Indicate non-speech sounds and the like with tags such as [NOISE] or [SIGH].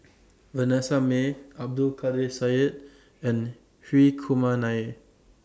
[NOISE] Vanessa Mae Abdul Kadir Syed and Hri Kumar Nair